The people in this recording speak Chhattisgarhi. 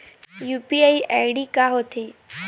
यू.पी.आई आई.डी का होथे?